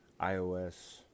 iOS